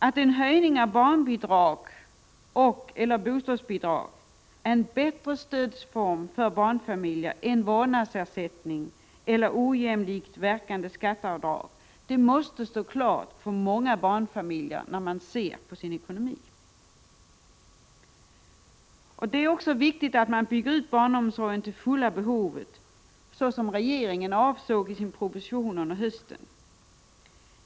Att en höjning av barnbidrag och/eller bostadsbidrag är en bättre stödform för barnfamiljer än vårdnadsersättning eller ojämlikt verkande skatteavdrag måste stå klart för många barnfamiljer när de ser på sin ekonomi. Det är också viktigt att bygga ut barnomsorgen till fulla behovet, så som regeringen avsett i sin proposition under hösten.